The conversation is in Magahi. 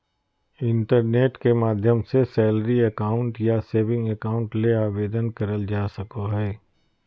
इंटरनेट के मदद से सैलरी अकाउंट या सेविंग अकाउंट ले आवेदन करल जा सको हय